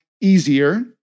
easier